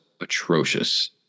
atrocious